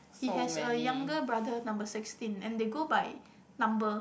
he has a younger brother number sixteen and they go by number